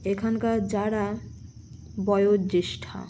এখানকার যারা বয়োজ্যেষ্ঠা